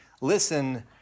listen